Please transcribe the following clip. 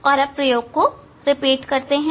और प्रयोग को दोहराते हैं